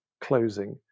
closing